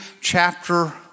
chapter